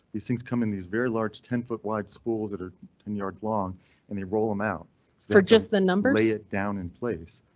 these things come in these very large ten foot wide schools that are in yard long and they roll em out for just the number yeah down in place.